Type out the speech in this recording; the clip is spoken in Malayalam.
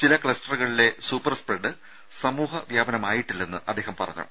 ചില ക്ലസ്റ്ററുകളിലെ സൂപ്പർ സ്പ്രെഡ് സമൂഹ വ്യാപനമായിട്ടില്ലെന്ന് അദ്ദേഹം പറഞ്ഞു